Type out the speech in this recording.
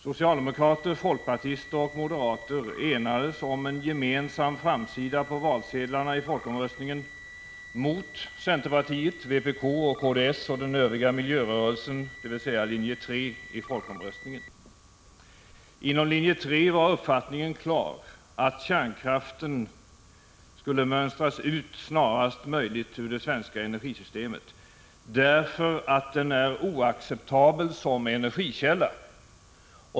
Socialdemokrater, folkpartister och moderater enades om en gemensam framsida på valsedlarna i folkomröstningen mot centerpartiet, vpk och kds och den övriga miljörörelsen, dvs. linje 3 i folkomröstningen. Inom linje 3 var uppfattningen klar; kärnkraften skulle mönstras ut snarast möjligt ur det svenska energisystemet, därför att den är oacceptabel som energikälla.